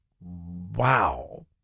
Wow